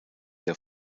der